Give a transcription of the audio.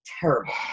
terrible